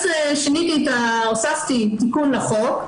אז הוספתי תיקון לחוק,